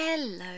Hello